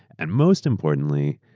and most importantly,